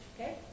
okay